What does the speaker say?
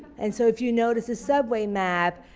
and so if you notice a subway map,